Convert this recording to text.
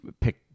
pick